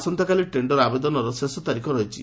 ଆସନ୍ତାକାଲି ଟେଶ୍ଡର ଆବେଦନର ଶେଷ ତାରିଖ ରହିଛି